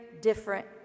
different